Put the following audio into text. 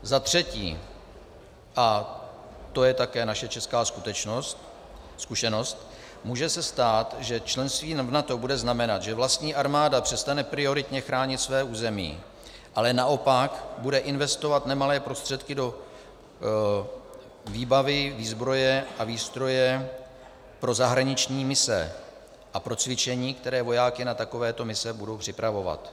Za třetí, a to je také naše česká zkušenost, může se stát, že členství v NATO bude znamenat, že vlastní armáda přestane prioritně chránit své území, ale naopak bude investovat nemalé prostředky do výbavy, výzbroje a výstroje pro zahraniční mise a pro cvičení, které vojáky na takovéto mise budou připravovat.